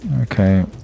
Okay